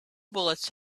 bullets